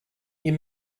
you